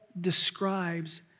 describes